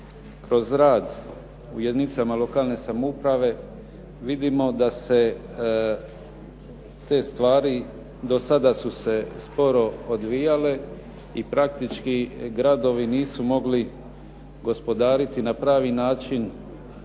kroz rad u jedinicama lokalne samouprave vidimo da se te stvari do sada su se sporo razvijale i praktički gradovi nisu mogli gospodariti na pravi način